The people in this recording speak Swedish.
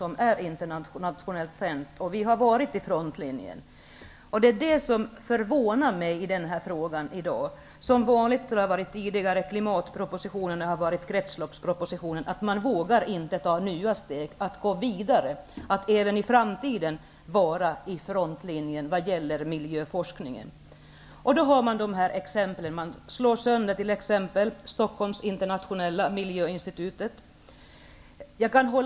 Sverige har varit i frontlinjen. Det finns en sak som förvånar mig i dag. I klimatpropositionen såväl som i kretsloppspropositionen vågar man inte gå vidare för att även i framtiden vara i frontlinjen vad gäller miljöforskning. Ett exempel är att Stockholms internationella miljöinstitut slås sönder.